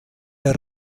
der